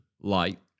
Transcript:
light